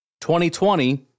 2020